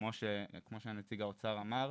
כמו שנציג האוצר אמר,